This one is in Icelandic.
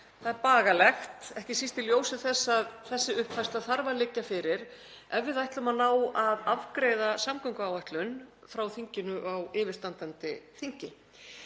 Það er bagalegt, ekki síst í ljósi þess að þessi uppfærsla þarf að liggja fyrir ef við ætlum að ná að afgreiða samgönguáætlun frá þinginu á yfirstandandi þingi.